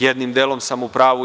Jednim delom sam u pravu ja.